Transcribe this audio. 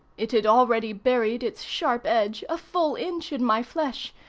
it had already buried its sharp edge a full inch in my flesh,